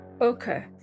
Okay